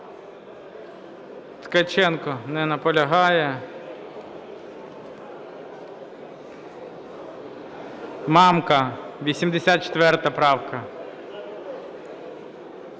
Ткаченко. Не наполягає. Мамка, 84 правка.